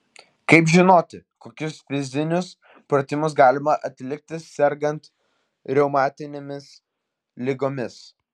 kaip žinoti kokius fizinius pratimus galima atlikti sergant reumatinėmis ligomis